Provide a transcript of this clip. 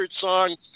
song